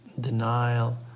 denial